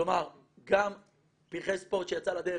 כלומר גם פרחי ספורט שיצא לדרך,